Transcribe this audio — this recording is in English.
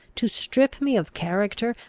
to strip me of character,